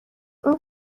اون